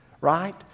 Right